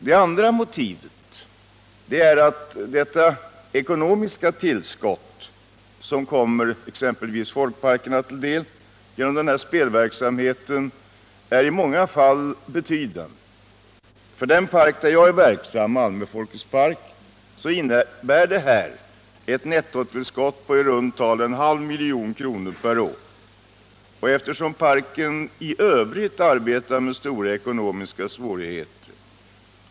Det andra motivet är att det ekonomiska tillskott som kommer exempelvis folkparkerna till del genom denna spelverksamhet i många fall är betydande. För den park där jag är verksam — Malmö Folkets park — innebär det ett nettotillskott på i runt tal en halv miljon kronor per år. Det är ett bra tillskott, eftersom parken i övrigt arbetar med stora ekonomiska svårigheter.